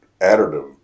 additive